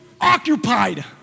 occupied